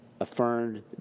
affirmed